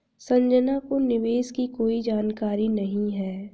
संजना को निवेश की कोई जानकारी नहीं है